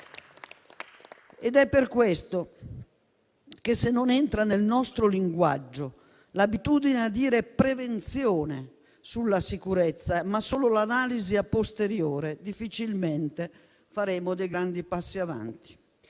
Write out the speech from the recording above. Ed è per questo che, se non entra nel nostro linguaggio l'abitudine a dire prevenzione sulla sicurezza, ma solo analisi *a posteriori*, difficilmente faremo dei grandi passi avanti.